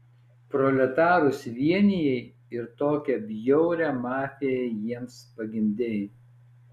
proletarus vienijai ir tokią bjaurią mafiją jiems pagimdei